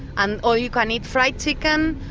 and all you can eat fried chicken.